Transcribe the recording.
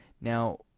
now